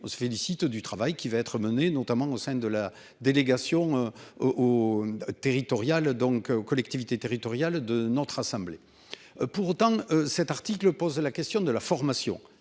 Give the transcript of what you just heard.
on se félicite du travail qui va être menée, notamment au sein de la délégation aux. Territoriales donc aux collectivités territoriales de notre assemblée. Pour autant, cet article pose la question de la formation